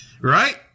right